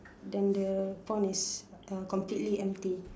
then the pond is uh completely empty